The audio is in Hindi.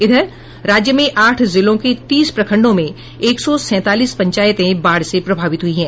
इधर राज्य में आठ जिलों के तीस प्रखंडों में एक सौ सैंतालीस पंचायतें बाढ़ से प्रभावित हुई है